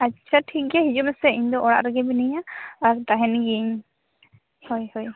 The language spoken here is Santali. ᱟᱪᱪᱷᱟ ᱴᱷᱤᱠᱜᱮᱭᱟ ᱦᱤᱡᱩᱜ ᱢᱮᱥᱮ ᱤᱧᱫᱚ ᱚᱲᱟᱜ ᱨᱮᱜᱮ ᱢᱤᱱᱟᱹᱧᱟ ᱟᱨ ᱛᱟᱦᱮᱱ ᱜᱤᱭᱟᱹᱧ ᱦᱳᱭ ᱦᱳᱭ